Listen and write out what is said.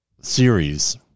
series